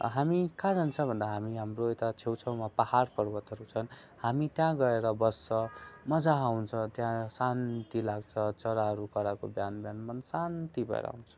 हामी कहाँ जान्छ भन्दा हामी हाम्रो यता छेउछाउमा पहाड पर्वतहरू छन् हामी त्यहाँ गएर बस्छ मज्जा आउछ त्यहाँ शान्ति लाग्छ चराहरू कराएको बिहान बिहान मन शान्ती भएर आउँछ